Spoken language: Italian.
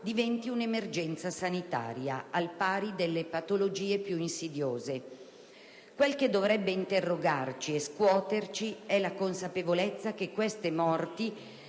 diventi un'emergenza sanitaria, al pari delle patologie più insidiose. Quel che dovrebbe interrogarci e scuoterci è la consapevolezza che queste morti